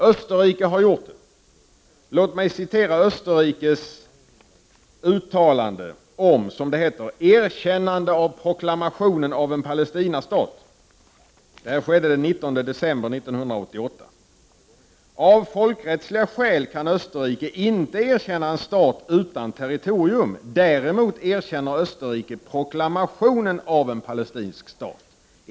Österrike har gjort det. Låt mig citera Österrikes uttalande om ”erkännande av proklamationen av en Palestinastat” den 19 december 1988: ”Av folkrättsliga skäl kan Österrike inte erkänna en stat utan territorium, däremot erkänner Österrike proklamationen av en palestinsk stat.